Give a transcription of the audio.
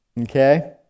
Okay